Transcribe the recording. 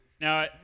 Now